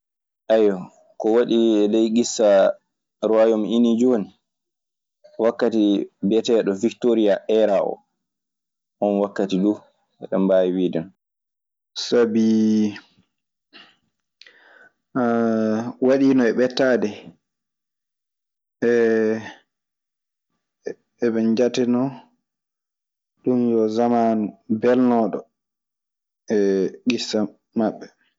Ayio ko waɗi ley issa ruayome uni joni, wakkati bieeteɗo wiktoria hera o, on wakati ɗum hen dem bawi wiide non. Sabii waɗiino e ɓettaade eɓe njatinoo ɗun yo samaanu belnooɗo eee ŋissa maɓɓe.